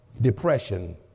depression